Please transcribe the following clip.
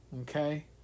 Okay